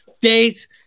dates